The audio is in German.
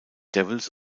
devils